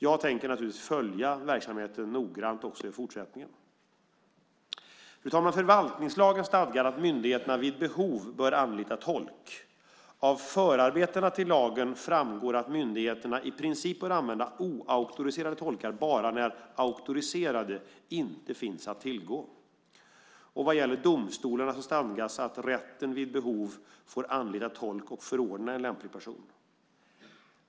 Jag tänker naturligtvis följa verksamheten noggrant även i framtiden. Förvaltningslagen stadgar att myndigheterna vid behov bör anlita tolk. Av förarbetena till lagen framgår att myndigheterna i princip bör använda oauktoriserade tolkar bara när auktoriserade inte finns att tillgå . Vad gäller domstolarna stadgas att rätten vid behov får anlita tolk och förordna en lämplig person.